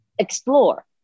Explore